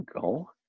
go